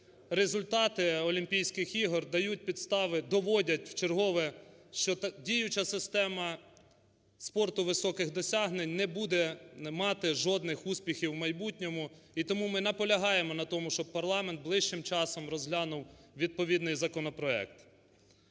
результати Олімпійських ігор дають підстави, доводять вчергове, що діюча система спорту високих досягнень не буде мати жодних успіхів в майбутньому і тому ми наполягаємо на тому, щоб парламент ближчим часом розглянув відповідний законопроект.